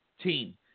team